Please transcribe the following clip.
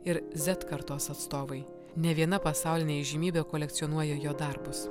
ir z kartos atstovai nė viena pasaulinė įžymybė kolekcionuoja jo darbus